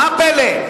מה הפלא?